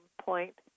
point